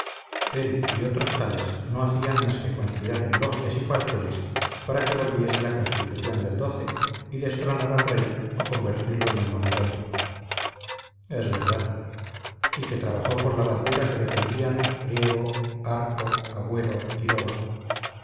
él y otros tales no hacían más que conspirar en logias y cuarteles para que volviese la constitución del y destronar al rey o convertirlo en un monigote es verdad y que trabajó por la bandera que defendían riego arco agüero quiroga